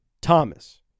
Thomas